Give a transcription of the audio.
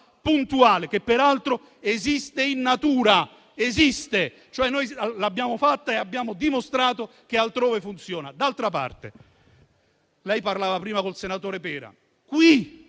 puntuale, che peraltro esiste in natura, cioè l'abbiamo avanzata e abbiamo dimostrato che altrove funziona. D'altra parte, lei parlava prima con il senatore Pera, il